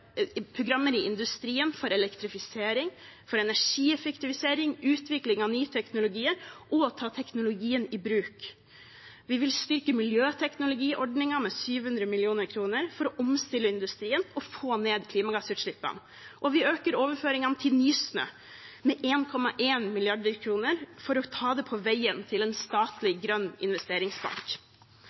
programmer i industrien for elektrifisering, energieffektivisering, utvikling av nye teknologier og å ta teknologien i bruk. Vi vil styrke miljøteknologiordningen med 700 mill. kr for å omstille industrien og få ned klimagassutslippene, og vi øker overføringene til Nysnø med 1,1 mrd. kr for å ta det på veien mot en statlig grønn investeringsbank.